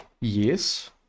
Yes